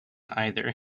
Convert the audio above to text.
either